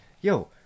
yo